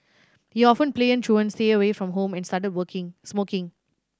he often played truant stayed away from home and started working smoking